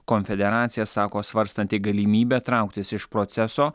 konfederacija sako svarstanti galimybę trauktis iš proceso